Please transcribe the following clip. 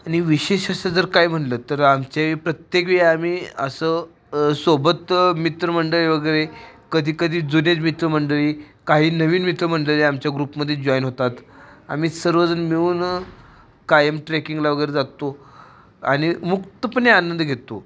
आणि विशेष असं जर काय म्हटलं तर आमच्या प्रत्येक वेळी आम्ही असं सोबत मित्रमंडळी वगैरे कधी कधी जुने मित्रमंडळी काही नवीन मित्रमंडळी आमच्या ग्रुपमध्ये जॉईन होतात आम्ही सर्वजण मिळून कायम ट्रेकिंगला वगैरे जातो आणि मुक्तपणे आनंद घेतो